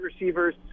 receivers